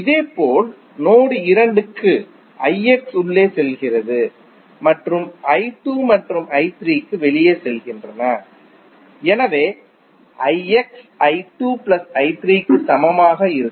இதேபோல் நோடு 2 க்கு உள்ளே செல்கிறது மற்றும் மற்றும் வெளியே செல்கின்றன எனவே க்கு சமமாக இருக்கும்